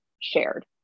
shared